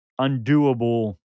undoable